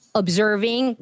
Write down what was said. observing